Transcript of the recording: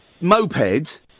moped